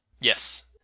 Yes